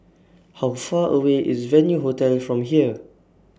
How Far away IS Venue Hotel from here